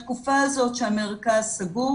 בתקופה הזאת שהמרכז סגור